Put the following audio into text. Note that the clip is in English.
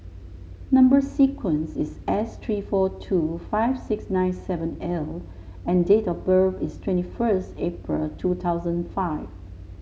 number sequence is S three four two five six nine seven L and date of birth is twenty first April two thousand five